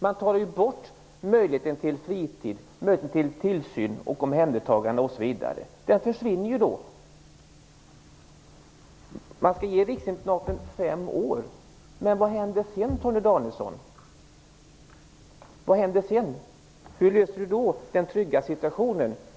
Möjligheten till fritid, tillsyn, omhändertagande osv. försvinner ju då. Man skall ge riksinternaten fem år. Men vad händer sedan, Torgny Danielsson? Hur löser Torgny Danielsson då det här med en trygg situation?